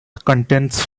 contains